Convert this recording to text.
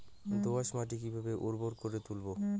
দোয়াস মাটি কিভাবে উর্বর করে তুলবো?